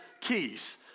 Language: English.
Keys